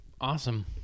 Awesome